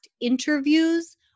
interviews